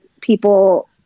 people